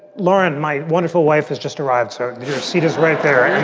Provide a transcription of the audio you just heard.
lauren, my wonderful wife has just arrived, sir your seat is right there.